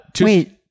Wait